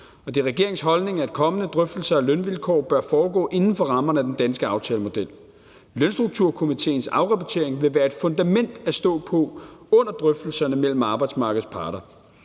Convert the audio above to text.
Det er regeringens holdning, at kommende drøftelser af lønvilkår bør foregå inden for rammerne af den danske aftalemodel. Lønstrukturkomitéens afrapportering vil være et fundament at stå på under drøftelserne mellem arbejdsmarkedets parter.